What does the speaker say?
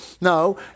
No